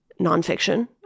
nonfiction